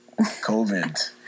COVID